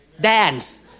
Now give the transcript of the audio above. dance